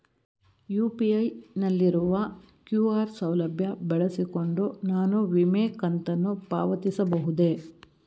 UPI ನಲ್ಲಿರುವ QR ಸೌಲಭ್ಯ ಬಳಸಿಕೊಂಡು ನಾನು ವಿಮೆ ಕಂತನ್ನು ಪಾವತಿಸಬಹುದೇ?